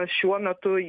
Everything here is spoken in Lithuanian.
šiuo metu